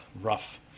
Rough